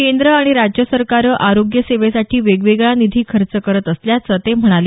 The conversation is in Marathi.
केंद्र आणि राज्य सरकारं आरोग्य सेवेसाठी वेगवेगळा निधी खर्च करत असल्याचं ते म्हणाले